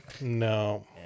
no